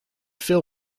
fill